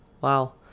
wow